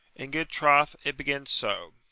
in good troth, it begins so.